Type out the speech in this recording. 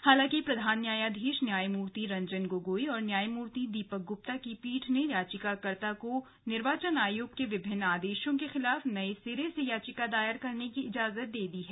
हालांकि प्रधान न्यायाधीश न्यायमूर्ति रंजन गोगोइ और न्यायमूर्ति दीपक ग्रप्ता की पीठ ने याचिकाकर्ता को निर्वाचन आयोग के विभिन्न आदेशों के खिलाफ नये सिरे से याचिका दायर करने की इजाजत दे दी है